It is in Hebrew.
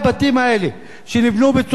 שנבנו בצורה לא חוקית,